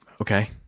okay